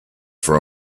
for